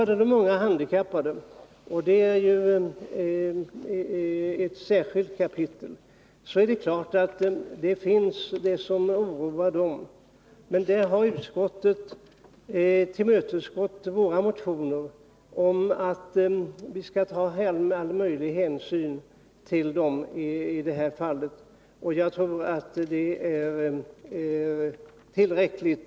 De unga handikappade är ett särskilt kapitel. Det är klart att det finns det som oroar dem, men i det fallet har utskottet tillmötesgått de socialdemokratiska motionerna om att all möjlig hänsyn skall tas, och jag tror att det är tillräckligt.